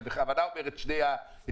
אני בכוונה אומר את שני הקצוות,